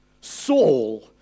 Saul